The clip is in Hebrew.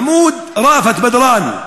מחמוד ראפת בדראן,